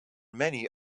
many